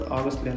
August